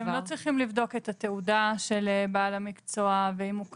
הם לא צריכים לבדוק את התעודה של בעל המקצוע ואם הוא כשיר,